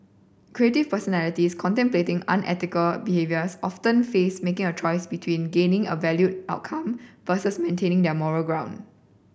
creative personalities contemplating unethical behaviours often face making a choice between gaining a valued outcome versus maintaining their moral ground